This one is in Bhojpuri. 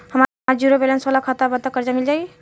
हमार ज़ीरो बैलेंस वाला खाता बा त कर्जा मिल जायी?